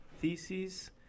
theses